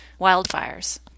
wildfires